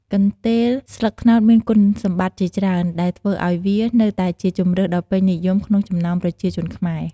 កន្ទេលស្លឹកត្នោតមានគុណសម្បត្តិជាច្រើន ដែលធ្វើឲ្យវានៅតែជាជម្រើសដ៏ពេញនិយមក្នុងចំណោមប្រជាជនខ្មែរ។